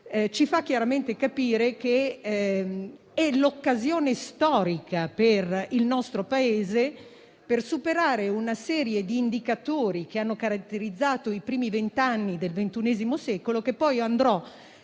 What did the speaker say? ci fa chiaramente capire che è l'occasione storica per il nostro Paese per superare una serie di indicatori che hanno caratterizzato i primi vent'anni del XXI secolo, che poi andrò